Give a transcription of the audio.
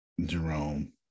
Jerome